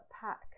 pack